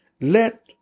let